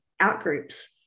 out-groups